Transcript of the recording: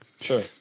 Sure